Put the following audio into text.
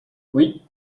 oui